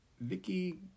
Vicky